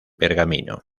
pergamino